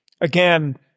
again